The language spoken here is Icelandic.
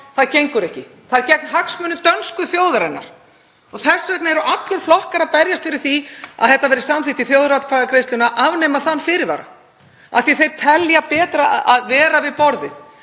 gengur ekki. Það er andstætt hagsmunum dönsku þjóðarinnar. Þess vegna eru allir flokkar að berjast fyrir því að það verði samþykkt í þjóðaratkvæðagreiðslunni að afnema þann fyrirvara, af því að þeir telja betra að vera við borðið.